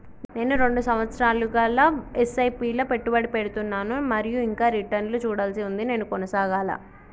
నేను రెండు సంవత్సరాలుగా ల ఎస్.ఐ.పి లా పెట్టుబడి పెడుతున్నాను మరియు ఇంకా రిటర్న్ లు చూడాల్సి ఉంది నేను కొనసాగాలా?